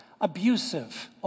abusive